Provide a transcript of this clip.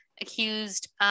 accused